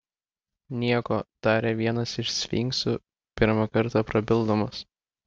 nieko tarė vienas iš sfinksų pirmą kartą prabildamas